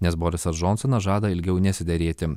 nes borisas džonsonas žada ilgiau nesiderėti